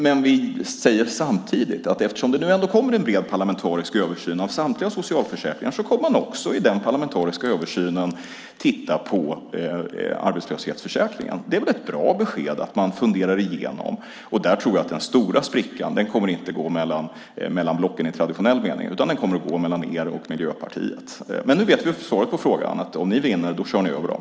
Men vi säger samtidigt att eftersom det ändå kommer en bred parlamentarisk översyn av samtliga socialförsäkringar kommer man också i den parlamentariska översynen att titta på arbetslöshetsförsäkringen. Det är väl ett bra besked att man ska fundera igenom saken. Den stora sprickan kommer inte att gå mellan blocken i traditionell mening utan den kommer att gå mellan er och Miljöpartiet. Nu vet vi svaret på frågan; om ni vinner kör ni över dem.